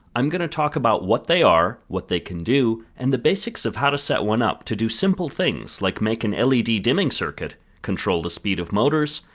i'm going to talk about what they are, what they can do, and the basics of how to set one up to do simple things like make an led dimming circuit, control the speed of motors,